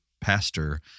Pastor